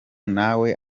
nawe